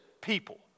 people